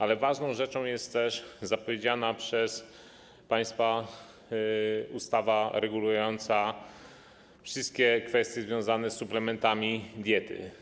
Ale ważną rzeczą jest też zapowiedziana przez państwa ustawa regulująca wszystkie kwestie związane z suplementami diety.